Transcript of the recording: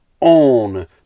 own